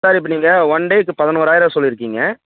sir இப்போ நீங்கள் one டேக்கு பதினோறாயிரம் சொல்லியிருக்கீங்க